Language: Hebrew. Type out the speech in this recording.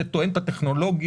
זה תואם את הטכנולוגיה.